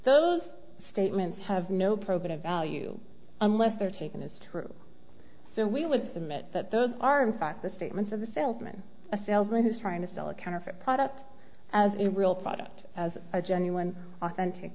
the statements have no probative value unless they are taken as true so we would submit that those are in fact the statements of a salesman a salesman who is trying to sell a counterfeit products as a real product as a genuine authentic